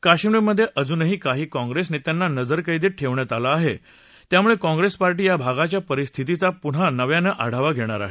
काश्मीरमध्ये अजूनही काही काँप्रेस नेत्यांना नजरकैदेत ठेवण्यात आलं आहे त्यामुळे काँप्रेस पार्टी या भागाच्या परिस्थितीचा पुन्हा नव्यानं आढावा घेणार आहे